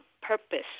purpose